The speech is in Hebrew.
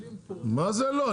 מה זה לא?